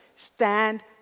Stand